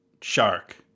shark